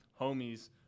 homies